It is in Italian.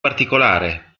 particolare